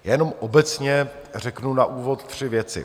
Já jenom obecně řeknu na úvod tři věci.